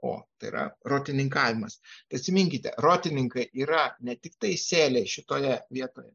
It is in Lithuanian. o tai yra rotininkavimas atsiminkite rotininkai yra ne tiktai sėliai šitoje vietoje